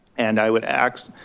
and i would ask,